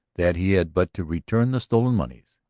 that he had but to return the stolen moneys.